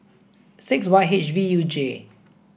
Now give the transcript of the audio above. six Y H V U J